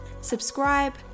Subscribe